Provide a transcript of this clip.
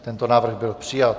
Tento návrh byl přijat.